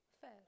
Fair